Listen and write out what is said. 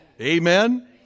Amen